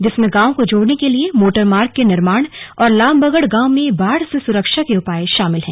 जिसमें गांवों को जोड़ने के लिए मोटर मार्ग के निर्माण और लामबगड़ गांव में बाढ़ से सुरक्षा के उपाय शामिल हैं